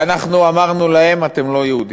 ואנחנו אמרנו להם: אתם לא יהודים.